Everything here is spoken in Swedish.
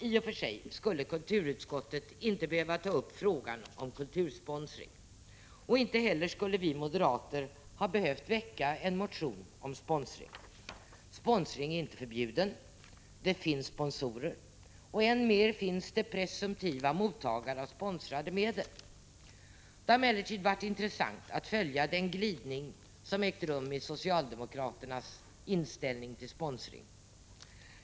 I och för sig skulle kulturutskottet inte behöva ta upp frågan om kultursponsring, och inte heller skulle vi moderater ha behövt väcka någon motion om sponsring. Sponsring är inte förbjuden, det finns sponsorer och än mer finns det presumtiva mottagare av sponsrade medel. Det har emellertid varit intressant att följa den glidning som ägt rum i socialdemokraternas inställning till sponsring.